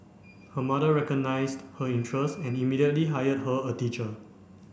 her mother recognised her interest and immediately hired her a teacher